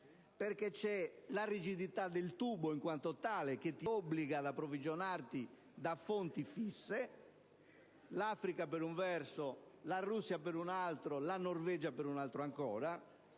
perché c'è la rigidità del tubo in quanto tale, che obbliga ad approvvigionarsi da fonti fisse: l'Africa per un verso, la Russia per un altro, la Norvegia per un altro ancora.